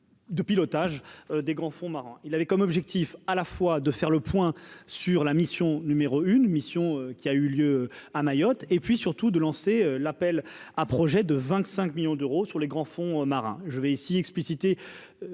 De pilotage des grands fonds marins il avait comme objectif à la fois de faire le point sur la mission numéro une mission qui a eu lieu à Mayotte et puis surtout de lancer l'appel à projets de 25 millions d'euros sur les grands fonds marins je vais ici explicités